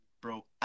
Bro